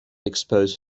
expose